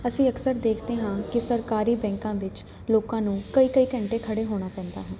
ਅਸੀਂ ਅਕਸਰ ਦੇਖਦੇ ਹਾਂ ਕਿ ਸਰਕਾਰੀ ਬੈਂਕਾਂ ਵਿੱਚ ਲੋਕਾਂ ਨੂੰ ਕਈ ਕਈ ਘੰਟੇ ਖੜੇ ਹੋਣਾ ਪੈਂਦਾ ਹੈ